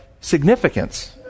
significance